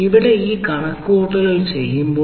നിങ്ങൾ ആ കണക്കുകൂട്ടൽ നടത്തുകയാണെങ്കിൽ